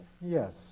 Yes